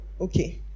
Okay